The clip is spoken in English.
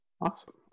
Awesome